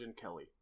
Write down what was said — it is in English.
Kelly